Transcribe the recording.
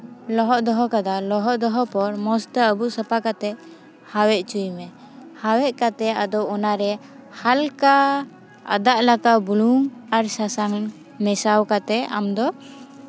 ᱞᱚᱦᱚᱫ ᱫᱚᱦᱚ ᱠᱟᱫᱟ ᱞᱚᱦᱚᱫ ᱫᱚᱦᱚ ᱯᱚᱨ ᱢᱚᱡᱽ ᱛᱮ ᱟᱵᱩᱠ ᱥᱟᱯᱷᱟ ᱠᱟᱛᱮᱫ ᱦᱟᱣᱮᱫ ᱦᱚᱪᱚᱭ ᱢᱮ ᱦᱟᱣᱮᱫ ᱠᱟᱛᱮᱫ ᱟᱫᱚ ᱚᱱᱟᱨᱮ ᱦᱟᱞᱠᱟ ᱟᱫᱟᱜ ᱞᱮᱠᱟ ᱵᱩᱞᱩᱝ ᱟᱨ ᱥᱟᱥᱟᱝ ᱤᱧ ᱢᱮᱥᱟ ᱠᱟᱛᱮᱫ ᱟᱢᱫᱚ